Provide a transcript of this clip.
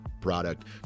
product